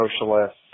socialists